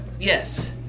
Yes